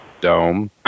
Dome